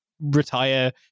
retire